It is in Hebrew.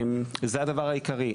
זה הדבר העיקרי.